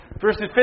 Verses